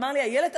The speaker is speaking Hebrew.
ואמר לי: איילת,